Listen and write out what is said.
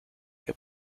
que